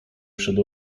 przed